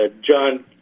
John